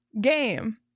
game